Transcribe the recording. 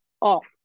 off